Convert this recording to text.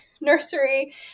nursery